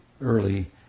early